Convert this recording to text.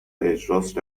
اجراست